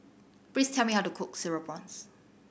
please tell me how to cook Cereal Prawns